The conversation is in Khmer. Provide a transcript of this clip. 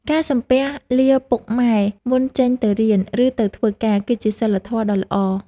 ការសំពះលាពុកម៉ែមុនចេញទៅរៀន ឬទៅធ្វើការ គឺជាសីលធម៌ដ៏ល្អ។